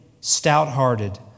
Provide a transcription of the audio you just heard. stout-hearted